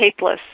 tapeless